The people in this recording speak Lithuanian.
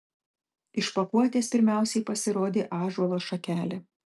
iš pakuotės pirmiausiai pasirodė ąžuolo šakelė